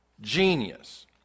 genius